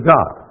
God